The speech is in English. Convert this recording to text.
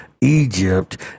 egypt